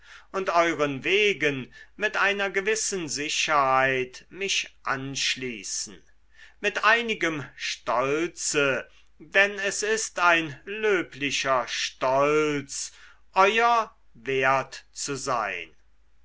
und euren wegen mit einer gewissen sicherheit mich anschließen mit einigem stolze denn es ist ein löblicher stolz euer wert zu sein